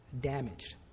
damaged